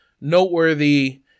noteworthy